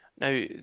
Now